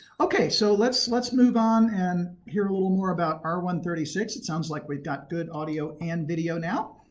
okay, so let's let's move on, and hear a little more about r one three six. it sounds like we've got good audio and video now.